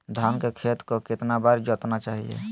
धान के खेत को कितना बार जोतना चाहिए?